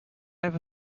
ever